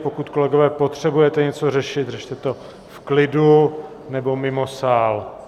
Pokud, kolegové, potřebujete něco řešit, řešte to v klidu nebo mimo sál.